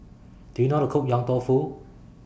Do YOU know How to Cook Yong Tau Foo